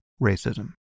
racism